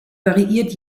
variiert